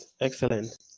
excellent